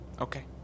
Okay